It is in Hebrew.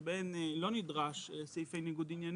שבהן לא נדרש סעיף ניגוד עניינים,